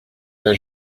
pas